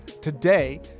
today